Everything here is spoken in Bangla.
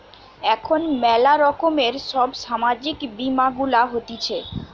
এখন ম্যালা রকমের সব সামাজিক বীমা গুলা হতিছে